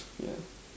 yeah